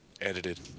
edited